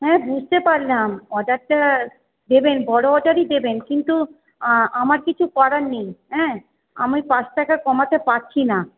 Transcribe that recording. হ্যাঁ বুঝতে পারলাম অর্ডারটা দেবেন বড় অর্ডারই দেবেন কিন্তু আ আমার কিছু করার নেই হ্যাঁ আমি পাঁচ টাকা কমাতে পারছি না